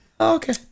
Okay